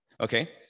okay